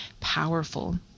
powerful